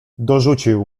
dorzucił